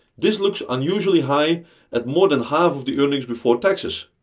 this looks unusually high at more than half of the earnings before taxes.